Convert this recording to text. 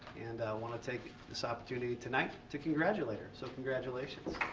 and want to take this opportunity tonight to congratulate her. so congratulations.